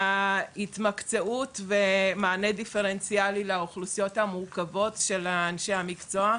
ההתמקצעות ומענה דיפרנציאלי לאוכלוסיות המורכבות של אנשי המקצוע,